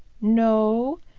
no,